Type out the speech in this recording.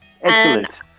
Excellent